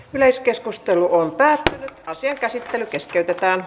yleiskeskustelu päättyi ja asian käsittely keskeytettiin